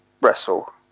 wrestle